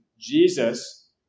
Jesus